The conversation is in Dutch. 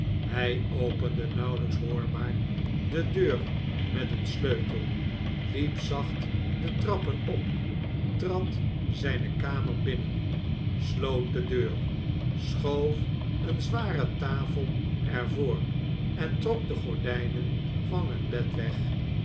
hij opende nauwelijks hoorbaar de deur met een steutel liep zacht de trappen op trad zijne kamer binnen sloot de deur schoof een zware tafel er voor en trok de gordijnen van het bed weg